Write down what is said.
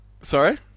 Sorry